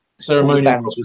Ceremonial